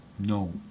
No